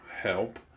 help